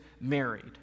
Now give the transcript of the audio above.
married